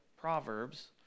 Proverbs